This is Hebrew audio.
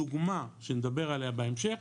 דוגמה שנדבר עליה בהמשך